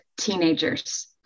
teenagers